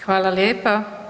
Hvala lijepa.